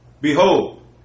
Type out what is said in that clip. Behold